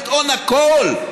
לטעון הכול.